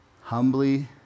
humbly